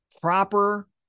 proper